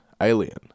Alien